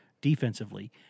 defensively